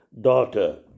daughter